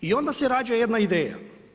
I onda se rađa jedna ideja.